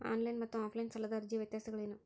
On line ಮತ್ತು offline ಸಾಲದ ಅರ್ಜಿಯ ವ್ಯತ್ಯಾಸಗಳೇನು?